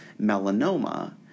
melanoma